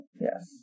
yes